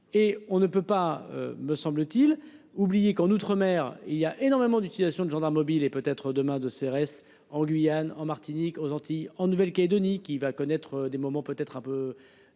et on ne peut pas me semble-t-il, oublié qu'en Outre-mer il y a énormément d'utilisation de gendarmes mobiles et peut-être demain de CRS. En Guyane en Martinique aux Antilles en Nouvelle-Calédonie qui va connaître des moments peut-être un peu.